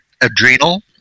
Adrenal